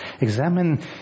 Examine